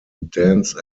dance